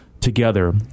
together